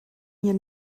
hier